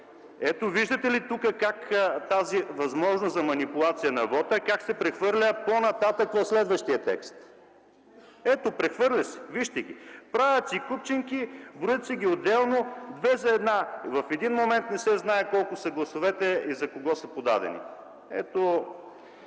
Ето, виждате ли тук как тази възможност за манипулация на вота се прехвърля по-нататък в следващия текст. Ето, прехвърля се, вижте ги – правят си купчинки, броят си ги отделно две за една. В един момент не се знае колко са гласовете и за кого са подадени. Ето